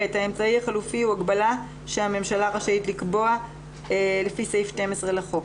האמצעי החלופי הוא הגבלה שהממשלה רשאית לקבוע לפי סעיף 12 לחוק.